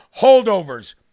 holdovers